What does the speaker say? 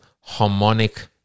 harmonic